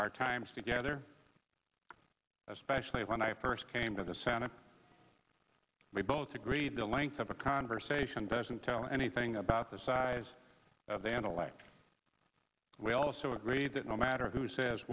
hard times together especially when i first came to the senate we both agreed the length of a conversation doesn't tell anything about the size of the intellect we also agreed that no matter who says